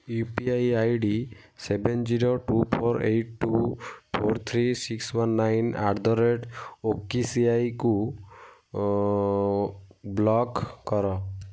you P I I D seven zero two four eight two four three six one nine at the rate okay ସିଆଇକୁ block କର